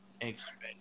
expect